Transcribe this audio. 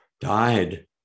died